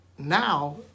Now